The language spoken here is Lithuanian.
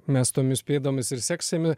mes tomis pėdomis ir seksime